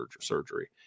surgery